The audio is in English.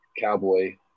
cowboy